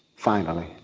finally.